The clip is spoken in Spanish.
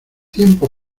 tiempo